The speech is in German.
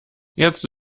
jetzt